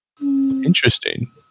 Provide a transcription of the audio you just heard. Interesting